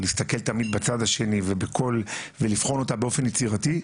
ולהסתכל תמיד בצד השני ולבחון אותה באופן יצירתי,